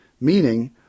meaning